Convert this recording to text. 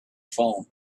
phone